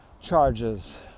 charges